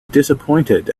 disappointed